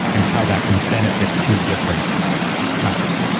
and how that can benefit two different countries.